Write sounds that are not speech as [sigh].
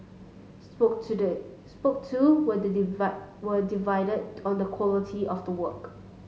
spoke to day spoke to were [unintelligible] were divided on the quality of [noise] the work